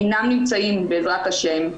אינם נמצאים בעזרת ה'",